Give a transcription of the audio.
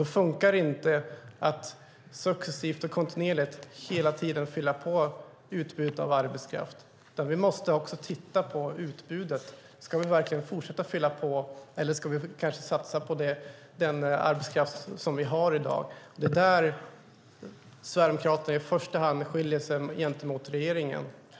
Då funkar det inte att successivt och kontinuerligt hela tiden fylla på utbudet av arbetskraft. Vi måste titta på utbudet. Ska vi verkligen fortsätta att fylla på, eller ska vi kanske satsa på den arbetskraft som vi har i dag? Det är i första hand där Sverigedemokraterna skiljer sig från regeringen.